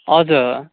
हजुर